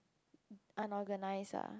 unorganised ah